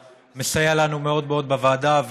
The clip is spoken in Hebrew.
ומסייע לנו מאוד מאוד בוועדה,